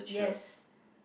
yes